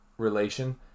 Relation